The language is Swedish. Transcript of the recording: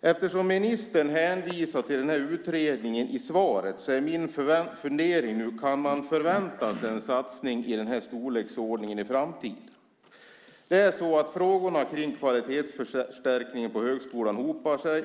Eftersom ministern hänvisar till den här utredningen i svaret är min fundering: Kan man förvänta sig en satsning i den här storleksordningen i framtiden? Frågorna kring kvalitetsförstärkningen på högskolan hopar sig.